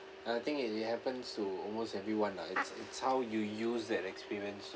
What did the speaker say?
uh I think it it happens to almost everyone lah it's it's how you use that experience